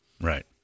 Right